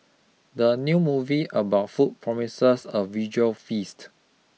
the new movie about food promises a visual feast